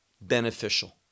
beneficial